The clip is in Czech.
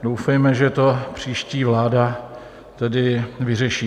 Doufejme, že to příští vláda vyřeší.